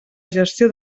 gestió